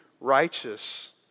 righteous